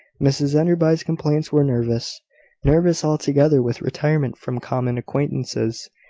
mrs enderby's complaints were nervous nervous altogether. with retirement from common acquaintances,